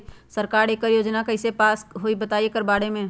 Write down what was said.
सरकार एकड़ योजना कईसे पास होई बताई एकर बारे मे?